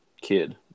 kid